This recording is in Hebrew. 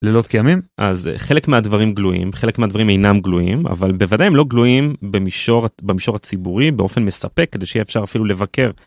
לילות קיימים אז חלק מהדברים גלויים חלק מהדברים אינם גלויים אבל בוודאי הם לא גלויים במישור במישור הציבורי באופן מספק כדי שאפשר אפילו לבקר.